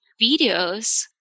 videos